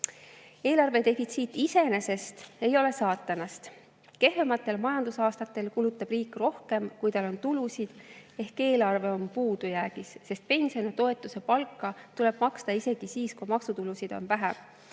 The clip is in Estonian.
Eelarvedefitsiit iseenesest ei ole saatanast. Kehvematel majandusaastatel kulutab riik rohkem, kui tal on tulusid, ehk eelarve on puudujäägis, sest pensione, toetusi ja palku tuleb maksta isegi siis, kui maksutulusid on vähem.